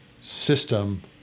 system